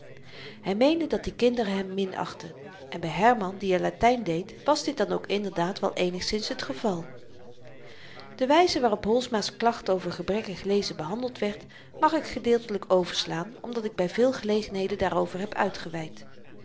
hy meende dat die kinderen hem minachtten en by herman die in latyn deed was dit dan ook inderdaad wel eenigszins het geval de wyze waarop holsma's klacht over gebrekkig lezen behandeld werd mag ik gedeeltelyk overslaan omdat ik by veel gelegenheden daarover heb uitgeweid